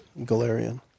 Galarian